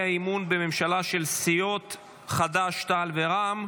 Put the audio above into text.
אי-אמון בממשלה של סיעות חד"ש-תע"ל ורע"מ.